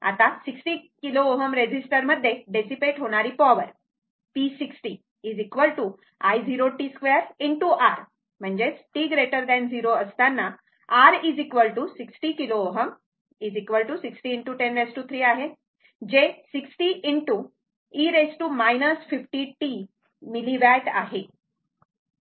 आता 60 किलो Ω रेझिस्टरमध्ये डेसीपेट होणारी पॉवर P60 i0t2 ✕ R आहे म्हणजेच t 0 असताना R 60 किलो Ω 60 ✕ 103 आहे जे 60 e 50t मिलिवॅट आहे